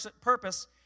purpose